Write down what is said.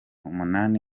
umunani